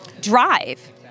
drive